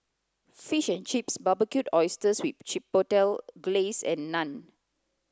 fish and chips Barbecued Oysters with Chipotle Glaze and Naan